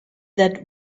that